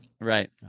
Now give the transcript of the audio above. Right